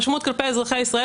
המשמעות כלפי אזרחי ישראל,